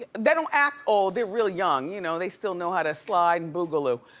ah they don't act old, they're really young, you know, they still know how to slide and boogaloo,